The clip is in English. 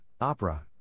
Opera